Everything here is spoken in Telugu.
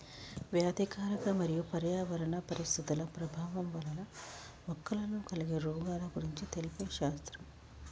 వ్యాధికారక మరియు పర్యావరణ పరిస్థితుల ప్రభావం వలన మొక్కలలో కలిగే రోగాల గురించి తెలిపే శాస్త్రం